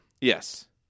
Yes